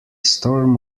storm